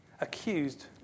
accused